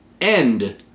end